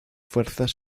fuerzas